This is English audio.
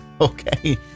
Okay